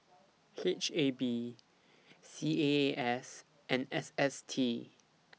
H A B C A A S and S S T